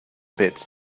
pit